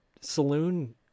saloon